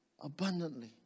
abundantly